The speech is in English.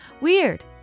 Weird